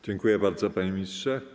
Dziękuję bardzo, panie ministrze.